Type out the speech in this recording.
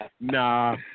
nah